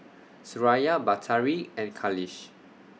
Suraya Batari and Khalish